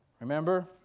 Remember